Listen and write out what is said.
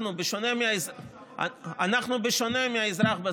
אנחנו, בשונה מהאזרח בסופר,